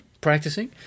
practicing